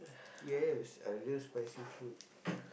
yes I love spicy food